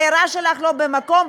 ההערה שלך אינה במקום.